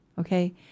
okay